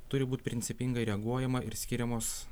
turi būt principingai reaguojama ir skiriamos